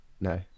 No